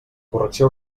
correcció